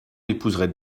épousent